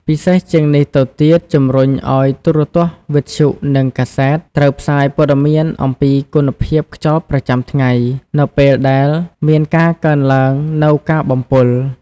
ពិសេសជាងនេះទៅទៀតជំរុញឱ្យទូរទស្សន៍ វិទ្យុ និងកាសែត ត្រូវផ្សាយព័ត៌មានអំពីគុណភាពខ្យល់ប្រចាំថ្ងៃ នៅពេលដែលមានការកើនឡើងនូវការបំពុល។